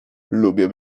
lubię